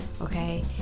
Okay